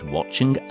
Watching